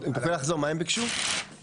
אם תוכלי לחזור מה הם ביקשו להבנתך?